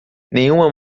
nenhuma